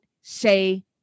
say